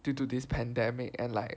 due to this pandemic and like